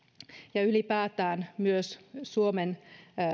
ja ylipäätään myös suomen